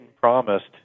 promised